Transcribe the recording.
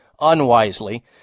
unwisely